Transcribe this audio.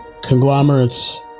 conglomerates